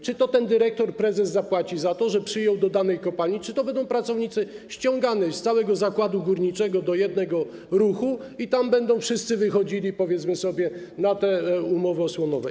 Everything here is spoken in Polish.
Czy to ten dyrektor, prezes zapłaci za to, że przyjął do danej kopalni, czy to będą pracownicy ściągani z całego zakładu górniczego do jednego ruchu i wszyscy będą wychodzili, powiedzmy sobie, na te umowy osłonowe?